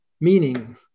meaning